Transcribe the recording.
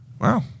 Wow